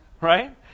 right